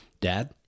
Dad